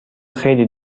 خیلی